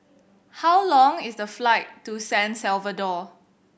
how long is the flight to San Salvador